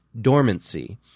dormancy